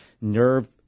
nerve